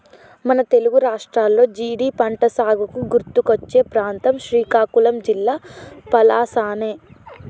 మన తెలుగు రాష్ట్రాల్లో జీడి పంటసాగుకి గుర్తుకొచ్చే ప్రాంతం శ్రీకాకుళం జిల్లా పలాసనే